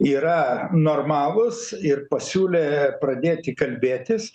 yra normalūs ir pasiūlė pradėti kalbėtis